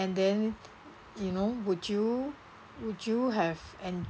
and then you know would you would you have en~